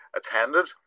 attended